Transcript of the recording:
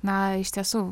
na iš tiesų